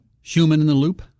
human-in-the-loop